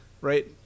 Right